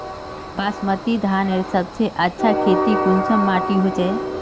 बासमती धानेर सबसे अच्छा खेती कुंसम माटी होचए?